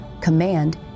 command